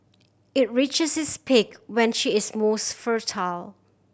it reaches its peak when she is most fertile